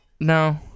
no